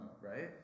right